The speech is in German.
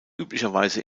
üblicherweise